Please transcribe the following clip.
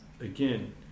Again